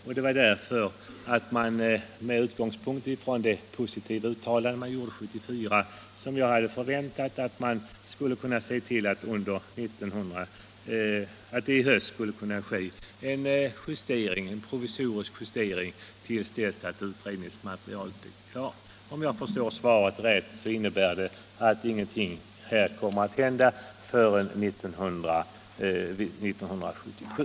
Med utgångspunkt i det positiva uttalande som riksdagen gjorde 1974 och riksdagens begäran i våras hade jag därför förväntat att riksdagen i höst skulle ha beslutat om en provisorisk justering som skulle "gälla till dess att utredningsmaterialet är klart. Om jag nu förstod svaret rätt innebär det att ingen förändring kommer att ske förrän 1977.